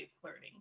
flirting